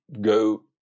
go